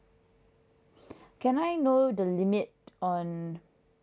can I know the limit on